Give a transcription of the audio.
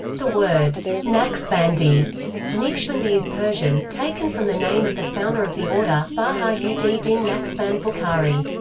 the word naqshbandi naqshbandi is persian, taken from the name of the founder of the order, baha-ud-din naqshband bukhari.